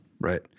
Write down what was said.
right